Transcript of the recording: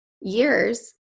years